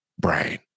brain